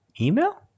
email